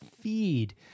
feed